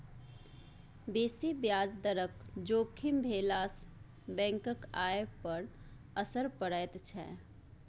बेसी ब्याज दरक जोखिम भेलासँ बैंकक आय पर असर पड़ैत छै